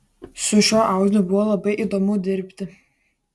su šiuo audiniu buvo labai įdomu dirbti